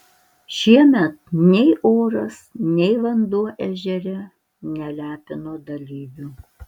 šiemet nei oras nei vanduo ežere nelepino dalyvių